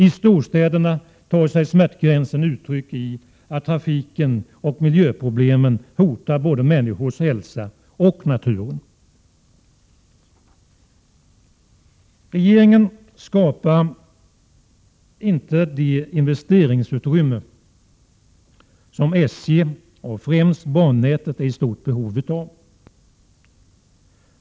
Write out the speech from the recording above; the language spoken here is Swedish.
I storstäderna tar sig smärtgränsen uttryck i att trafiken och miljöproblemen hotar både människors hälsa och naturen. Regeringen skapar inte det investeringsutrymme som SJ och främst bannätet är i stort behov av.